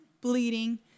bleeding